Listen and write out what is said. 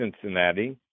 Cincinnati